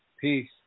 Peace